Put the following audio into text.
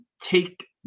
take